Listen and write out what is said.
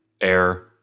air